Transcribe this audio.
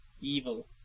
Evil